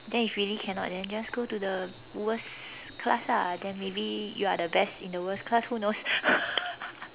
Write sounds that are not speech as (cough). then if really cannot then just go to the worst class ah then maybe you are the best in the worst class who knows (laughs)